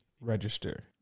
register